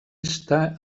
vista